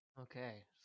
Okay